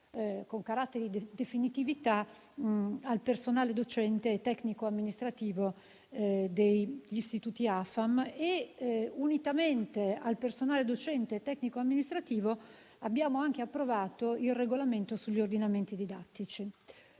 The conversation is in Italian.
con carattere di definitività al personale docente e tecnico-amministrativo degli istituti AFAM. Unitamente a quello sul personale docente e tecnico-amministrativo, abbiamo anche approvato il regolamento sugli ordinamenti didattici.